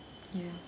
ya